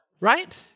right